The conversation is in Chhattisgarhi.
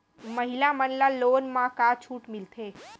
महिला मन ला लोन मा का छूट मिलथे?